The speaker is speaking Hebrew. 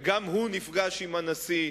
וגם הוא נפגש עם הנשיא,